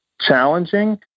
challenging